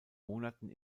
monaten